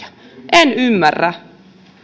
en ymmärrä